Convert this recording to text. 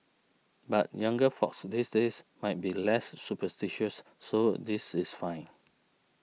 but younger folks these days might be less superstitious so this is fine